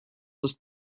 ist